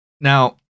Now